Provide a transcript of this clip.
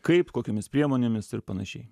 kaip kokiomis priemonėmis ir panašiai